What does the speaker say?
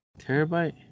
terabyte